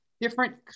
Different